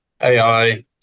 AI